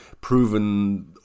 proven